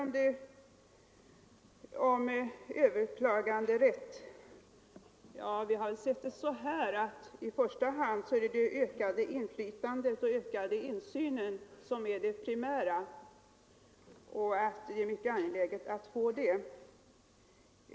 Vad beträffar frågan om överklaganderätt har vi sett saken så, att det primära är det ökade inflytandet och den ökade insynen — något som det är mycket angeläget att få till stånd.